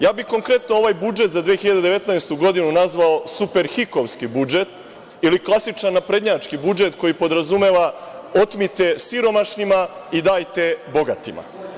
Ja bih konkretno ovaj budžet za 2019. godinu nazvao superhikovski budžet ili klasičan naprednjački budžet koji podrazumeva – otmite siromašnima i dajte bogatima.